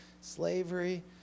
slavery